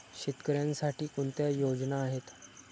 शेतकऱ्यांसाठी कोणत्या योजना आहेत?